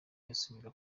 gusubirira